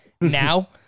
now